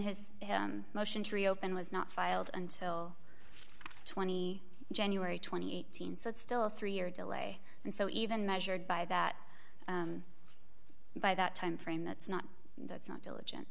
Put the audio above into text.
his motion to reopen was not filed until twenty january twenty eight thousand so it's still a three year delay and so even measured by that by that time frame that's not that's not diligent